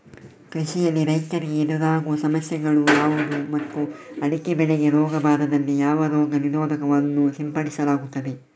ಕೃಷಿಯಲ್ಲಿ ರೈತರಿಗೆ ಎದುರಾಗುವ ಸಮಸ್ಯೆಗಳು ಯಾವುದು ಮತ್ತು ಅಡಿಕೆ ಬೆಳೆಗೆ ರೋಗ ಬಾರದಂತೆ ಯಾವ ರೋಗ ನಿರೋಧಕ ವನ್ನು ಸಿಂಪಡಿಸಲಾಗುತ್ತದೆ?